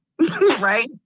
right